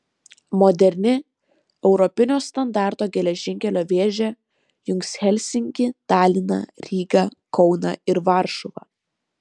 moderni europinio standarto geležinkelio vėžė jungs helsinkį taliną rygą kauną ir varšuvą